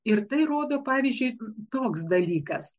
ir tai rodo pavyzdžiui toks dalykas